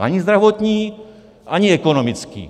Ani zdravotní, ani ekonomický.